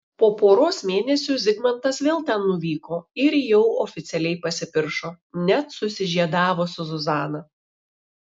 po poros mėnesių zigmantas vėl ten nuvyko ir jau oficialiai pasipiršo net susižiedavo su zuzana